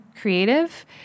creative